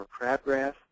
crabgrass